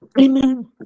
Amen